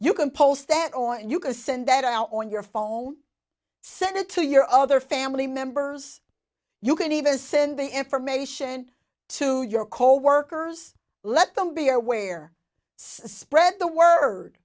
you can post that or you can send that out on your phone send it to your other family members you can even send the information to your coworkers let them be aware spread the word